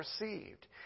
received